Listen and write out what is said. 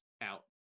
out